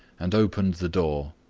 and opened the door.